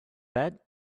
bet